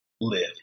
live